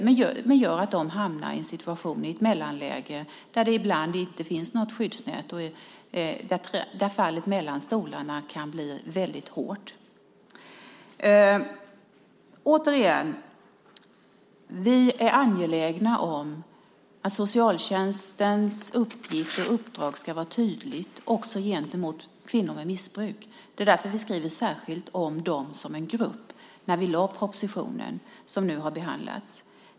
Det gör att de hamnar i ett mellanläge där det ibland inte finns något skyddsnät och där fallet mellan stolarna kan bli väldigt hårt. Återigen: Vi är angelägna om att socialtjänstens uppgift och uppdrag ska vara tydligt, också gentemot kvinnor med missbruk. Det är därför vi skrev särskilt om dem som en grupp när vi lade fram propositionen som nu har behandlats.